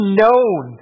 known